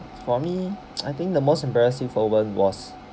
for me I think the most embarrassing moment was